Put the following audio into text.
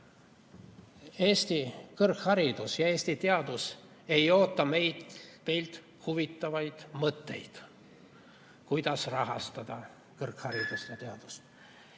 Eesti kõrgharidus ja Eesti teadus ei oota meilt ja teilt huvitavaid mõtteid, kuidas rahastada kõrgharidust ja teadust,